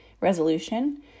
resolution